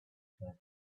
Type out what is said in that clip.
said